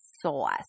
sauce